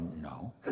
No